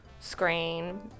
screen